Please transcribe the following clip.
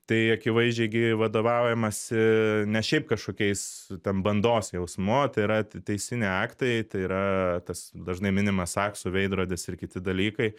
tai akivaizdžiai gi vadovaujamasi ne šiaip kažkokiais ten bandos jausmu tai yra teisiniai aktai tai yra tas dažnai minima saksų veidrodis ir kiti dalykai